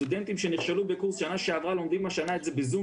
סטודנטים שנכשלו בקורס שנה שעברה לומדים את זה השנה בזום,